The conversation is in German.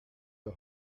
der